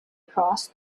crossed